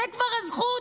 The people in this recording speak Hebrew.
זו כבר הזכות,